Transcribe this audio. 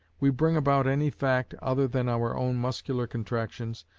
we bring about any fact, other than our own muscular contractions,